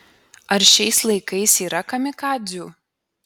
ar šiais laikais yra kamikadzių